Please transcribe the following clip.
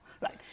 right